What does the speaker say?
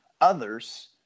others